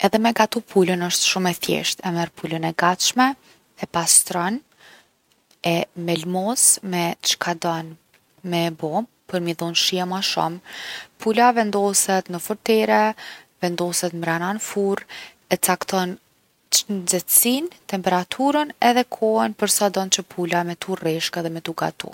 Edhe me gatu pulën osht shumë e thjeshtë. E merr pulën e gatshme, e pastron, e melmos me çka don me e bo për m’i dhon shije ma shumë. Pula vendoset në fortere, vendoset mrena n’furre, e cakton ç- nxehtsinë, temperaturën edhe kohën për sa don që pula me tu rreshk edhe me tu gatu.